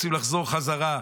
רוצים לחזור בחזרה.